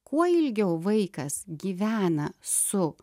kuo ilgiau vaikas gyvena su